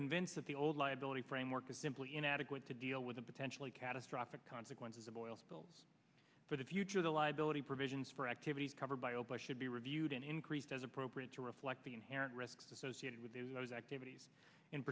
convinced that the old liability framework is simply inadequate to deal with a potentially catastrophic consequences of oil spills for the future the liability provisions for to be covered by all but should be reviewed and increased as appropriate to reflect the inherent risks associated with those activities in